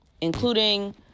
including